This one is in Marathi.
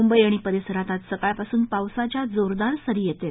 मुंबई आणि परिसरात सकाळपासून पावसाच्या जोरदार सरी येत आहेत